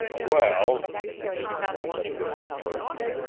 well, he continued at this encouragement,